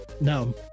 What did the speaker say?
No